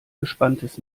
gespanntes